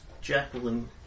Jacqueline